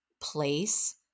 place